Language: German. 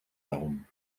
herum